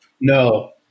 No